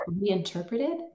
reinterpreted